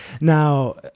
Now